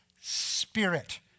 spirit